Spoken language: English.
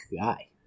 guy